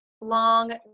long